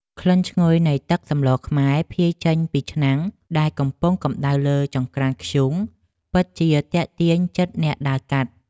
ក្លិនឈ្ងុយនៃទឹកសម្លខ្មែរភាយចេញពីឆ្នាំងដែលកំពុងកម្តៅលើចង្ក្រានធ្យូងពិតជាទាក់ទាញចិត្តអ្នកដើរកាត់។